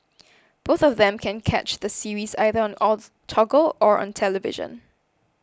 both of them can catch the series either on or Toggle or on television